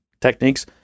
techniques